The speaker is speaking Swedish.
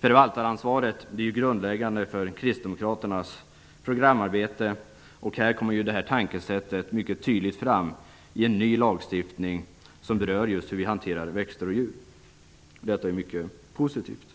Förvaltaransvaret är ju grundläggande för Kristdemokraternas programarbete. Här kommer nämnda tankesätt mycket tydligt fram i en ny lagstiftning som berör just hur vi hanterar växter och djur. Detta är mycket positivt.